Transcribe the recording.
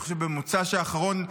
אני חושב במוצ"ש האחרון,